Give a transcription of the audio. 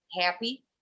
happy